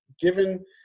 given